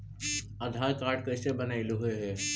आधार card कईसे बनैलहु हे?